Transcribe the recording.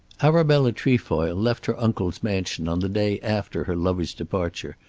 arabella trefoil left her uncle's mansion on the day after her lover's departure,